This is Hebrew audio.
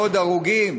לעוד הרוגים?